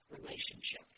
relationship